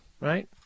Right